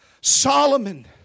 Solomon